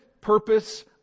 purpose